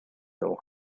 know